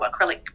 acrylic